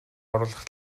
оруулах